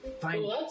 find